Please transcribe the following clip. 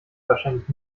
wahrscheinlich